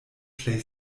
plej